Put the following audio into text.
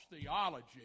theology